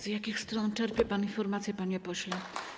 Z jakich stron czerpie pan informacje, panie pośle?